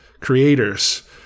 creators